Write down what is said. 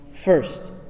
first